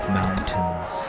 mountains